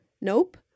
Nope